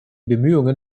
bemühungen